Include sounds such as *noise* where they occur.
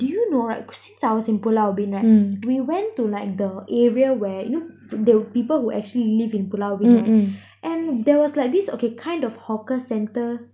do you know right cause since I was in pulau ubin right *breath* we went to like the area where you know there were people who actually live in pulau ubin right *breath* and there was like this okay kind of hawker centre